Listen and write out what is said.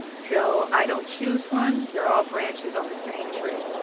so i don't choose one, they're all branches on the same tree.